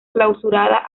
clausurada